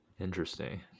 Interesting